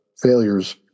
failures